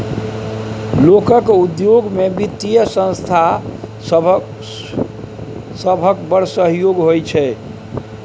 लोकक उद्योग मे बित्तीय संस्था सभक बड़ सहयोग होइ छै